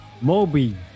Moby